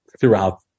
throughout